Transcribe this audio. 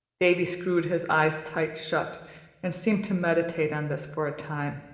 davy screwed his eyes tight shut and seemed to meditate on this for a time.